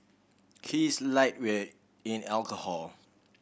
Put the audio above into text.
he is a lightweight in alcohol